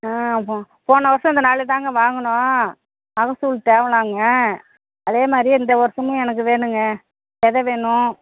ஆ மா போன வருடம் இந்த நாலு தாங்க வாங்கினோம் மகசூல் தேவலாங்க அதேமாதிரியே இந்த வருடமும் எனக்கு வேணுங்க விதை வேணும்